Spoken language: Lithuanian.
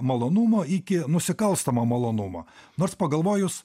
malonumo iki nusikalstamo malonumo nors pagalvojus